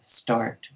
start